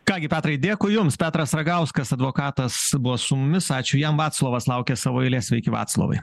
ką gi petrai dėkui jums petras ragauskas advokatas buvo su mumis ačiū jam vaclovas laukia savo eilės sveiki vaclovai